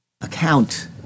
account